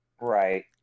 Right